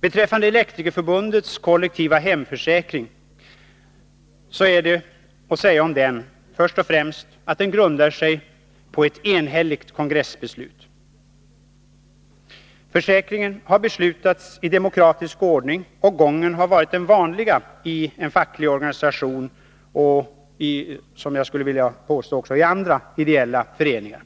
Beträffande Elektrikerförbundets kollektiva hemförsäkring är först och främst att säga att den grundar sig på ett enhälligt kongressbeslut. Försäkringen har beslutats i demokratisk ordning, och gången har varit den vanliga i en facklig organisation och, skulle jag vilja påstå, även i andra ideella föreningar.